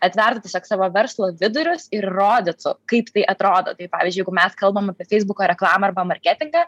atvertų tiesiog savo verslo vidurius ir rodytų kaip tai atrodo tai pavyzdžiui jeigu mes kalbam apie feisbuko reklamą arba marketingą